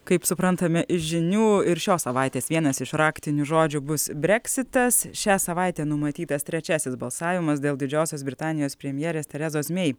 kaip suprantame iš žinių ir šios savaitės vienas iš raktinių žodžių bus breksitas šią savaitę numatytas trečiasis balsavimas dėl didžiosios britanijos premjerės terezos mei